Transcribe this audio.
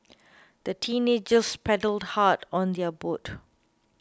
the teenagers paddled hard on their boat